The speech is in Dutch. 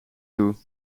toe